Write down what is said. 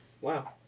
Wow